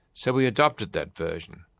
so we adopted that version,